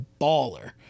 baller